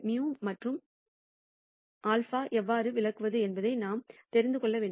μ and σ எவ்வாறு விளக்குவது என்பதை நாம் தெரிந்து கொள்ள வேண்டும்